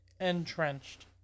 entrenched